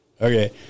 Okay